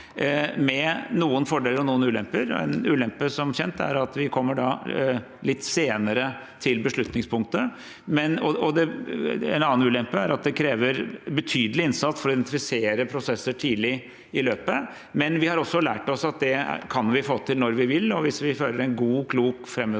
med noen fordeler og noen ulemper. Én ulempe er som kjent at vi kommer litt senere til beslutningspunktet. En annen ulempe er at det krever betydelig innsats for å identifisere prosesser tidlig i løpet, men vi har også lært oss at det kan vi få til når vi vil. Hvis vi fører en god, klok,